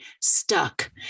stuck